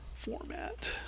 format